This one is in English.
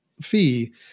fee